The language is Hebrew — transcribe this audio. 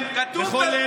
אגב,